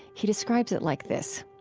he describes it like this,